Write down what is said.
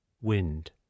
wind